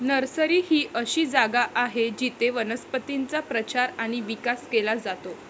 nursery ही अशी जागा आहे जिथे वनस्पतींचा प्रचार आणि विकास केला जातो